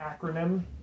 acronym